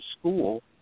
school